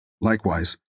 Likewise